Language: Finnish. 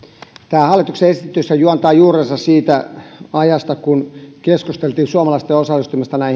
tämä hallituksen esityshän juontaa juurensa siitä ajasta kun keskusteltiin suomalaisten osallistumisesta